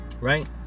Right